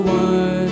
one